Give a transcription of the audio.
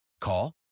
Call